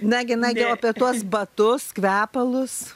nagi nagi o apie tuos batus kvepalus